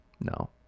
No